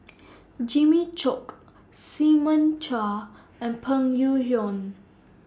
Jimmy Chok Simon Chua and Peng Yuyun